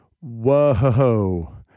whoa